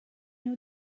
nhw